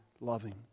loving